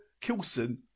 Kilson